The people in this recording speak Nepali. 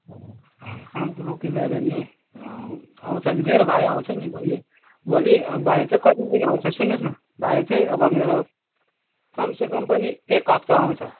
काम त रोकिँदैन नि आउँछ नि मेरो भाइ आउँछ नि भोलि भोलि भाइ चाहिँ कति दिन आउँछ सुन्नुहोस् न भाइ चाहिँ अब मेरो कम से कम पनि एक हप्ता आउँछ